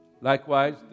Likewise